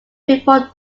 before